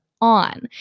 on